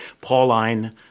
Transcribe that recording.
Pauline